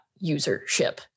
usership